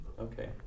okay